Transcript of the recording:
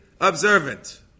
observant